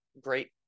great